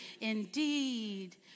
indeed